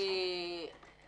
אני